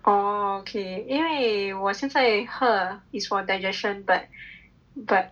oh ok 因为我现在喝 is for digestion but but